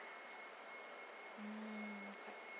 mm